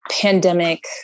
pandemic